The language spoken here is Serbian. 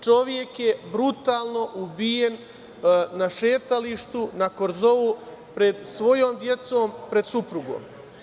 Čovek je brutalno ubijen na šetalištu, na korzou, pred svojom decom, pred suprugom.